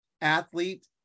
athlete